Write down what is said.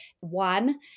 One